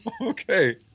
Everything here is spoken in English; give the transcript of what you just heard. okay